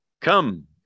Come